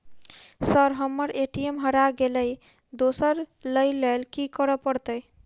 Sir हम्मर ATM हरा गइलए दोसर लईलैल की करऽ परतै?